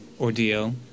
ordeal